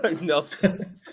Nelson